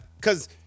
cause